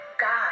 God